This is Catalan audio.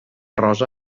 rosa